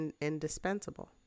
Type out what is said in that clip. indispensable